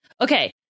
Okay